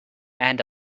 and